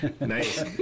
Nice